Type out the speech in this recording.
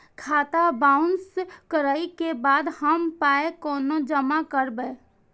खाता बाउंस करै के बाद हम पाय कोना जमा करबै?